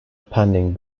pending